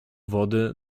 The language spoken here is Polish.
wody